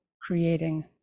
creating